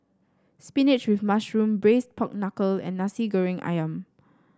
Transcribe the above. spinach with mushroom Braised Pork Knuckle and Nasi Goreng ayam